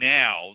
now